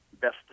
Best